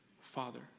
father